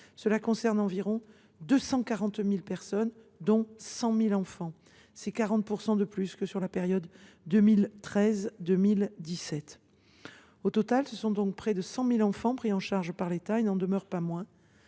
Cela concerne environ 240 000 personnes, dont 100 000 enfants, soit 40 % de plus que sur la période 2013 2017. Au total, près de 100 000 enfants sont donc pris en charge par l’État. Il n’en demeure pas moins